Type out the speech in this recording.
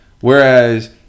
Whereas